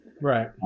Right